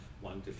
one